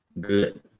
good